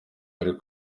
ari